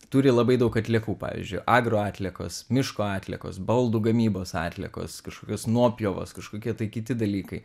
turi labai daug atliekų pavyzdžiui agro atliekos miško atliekos baldų gamybos atliekos kažkokios nuopjovos kažkokie tai kiti dalykai